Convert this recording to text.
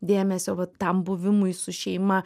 dėmesio vat tam buvimui su šeima